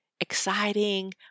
exciting